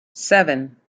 seven